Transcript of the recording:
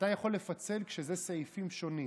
אתה יכול לפצל כשזה סעיפים שונים.